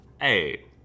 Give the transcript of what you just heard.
Hey